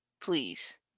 Please